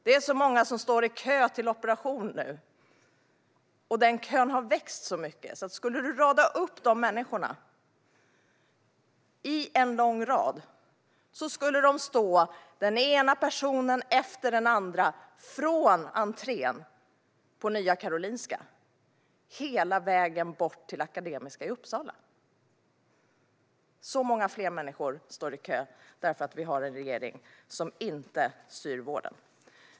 Det är många som står i kö till operation nu, och kön har växt så mycket att om man skulle ställa dessa människor i en lång rad skulle de stå, den ena personen efter den andra, från entrén på Nya Karolinska hela vägen bort till Akademiska i Uppsala. Så många fler människor står i kö därför att vi har en regering som inte styr vården.